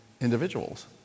individuals